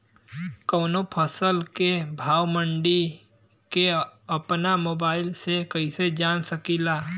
कवनो फसल के भाव मंडी के अपना मोबाइल से कइसे जान सकीला?